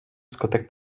wskutek